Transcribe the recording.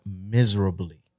miserably